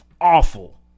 awful